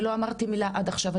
אני לא אמרתי מילה עד עכשיו,